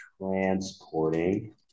Transporting